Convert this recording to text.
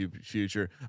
future